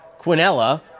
Quinella